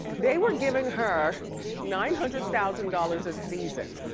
they were giving her nine hundred thousand dollars a season,